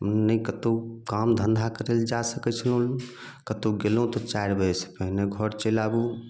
नहि कतहुँ काम धंधा करै लऽ जा सकैत छलहुँ कतहुँ गेलहुँ तऽ चारि बजे से पहिने घर चलि आबू